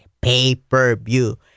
pay-per-view